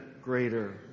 greater